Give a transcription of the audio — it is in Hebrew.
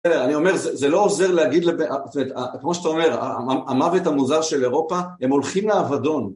בסדר, אני אומר, זה לא עוזר להגיד, זאת אומרת, כמו שאתה אומר, המוות המוזר של אירופה, הם הולכים לאבדון.